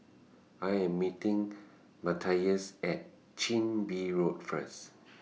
I Am meeting Mathias At Chin Bee Road First